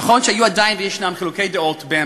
נכון שהיו ועדיין ישנם חילוקי דעות בין